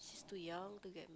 is too young to get